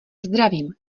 zdravím